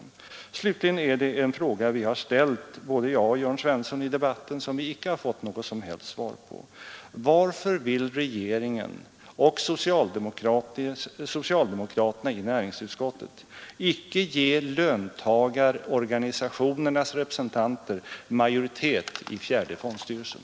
Herr talman! Slutligen har både jag och Jörn Svensson ställt en fråga i debatten, som vi inte fått något som helst svar på: Varför vill regeringen och socialdemokraterna i näringsutskottet icke ge löntagarorganisationernas representanter majoritet i fjärde fondstyrelsen?